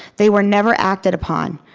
they were never acted upon.